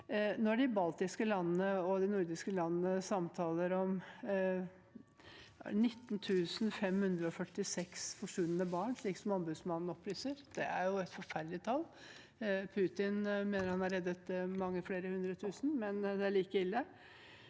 Når de baltiske og de nordiske landene samtaler om 19 546 forsvunne barn, som ombudsmannen opplyser om, og som er et forferdelig tall – Putin mener han har reddet mange flere hundre tusen, men det er like ille